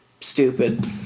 stupid